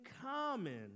common